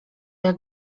jak